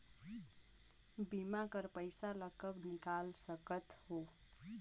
बीमा कर पइसा ला कब निकाल सकत हो?